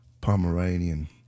Pomeranian